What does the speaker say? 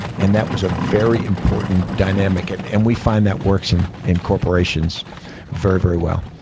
and that was a very important dynamic. and and we find that works in in corporations very, very well.